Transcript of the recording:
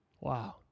Wow